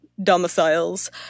domiciles